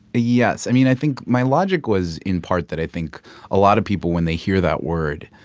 yes. i mean, i think my logic was in part that i think a lot of people, when they hear that word,